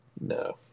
No